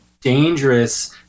dangerous